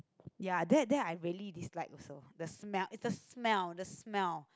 ya that that I really dislike also the smell is the smell the smell